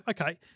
Okay